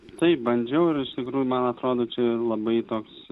taip bandžiau ir iš tikrųjų man atrodo čia labai toks